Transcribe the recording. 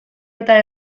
eta